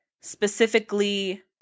specifically